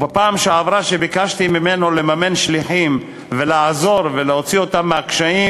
בפעם שעברה שביקשתי ממנו לממן שליחים ולעזור ולהוציא אותם מהקשיים,